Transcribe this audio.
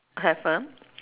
have ah